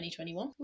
2021